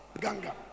Ganga